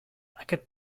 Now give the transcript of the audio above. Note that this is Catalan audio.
aquest